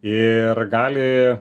ir gali